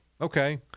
Okay